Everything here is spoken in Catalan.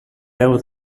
peu